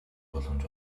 боломж